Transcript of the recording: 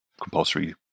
compulsory